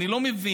אני לא מבין,